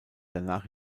danach